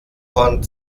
von